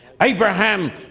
Abraham